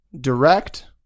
direct